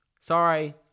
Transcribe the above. Sorry